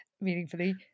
meaningfully